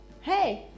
Hey